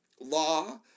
law